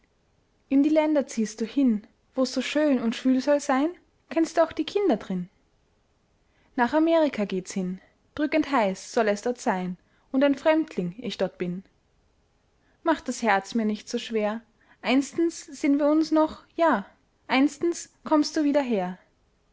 in die länder ziehst du hin wo s so schön und schwül soll sein kennst du auch die kinder drin nach amerika geht's hin drückend heiß soll es dort sein und ein fremdling ich dort bin mach das herz mir nicht so schwer einstens seh'n wir uns noch ja einstens kommst du wieder her